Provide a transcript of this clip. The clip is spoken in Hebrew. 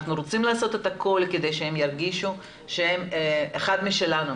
אנחנו רוצים לעשות את הכול כדי שהם ירגישו שהם אחד משלנו,